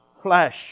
flesh